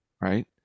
right